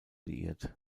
liiert